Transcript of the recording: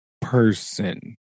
person